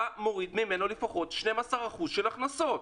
אתה מוריד ממנו לפחות 12% של הכנסות.